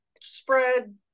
spread